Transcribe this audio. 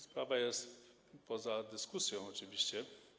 Sprawa jest poza dyskusją oczywiście.